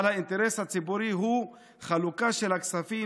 אבל האינטרס הציבורי הוא חלוקה של הכספים